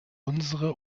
unsere